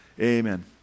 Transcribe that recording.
Amen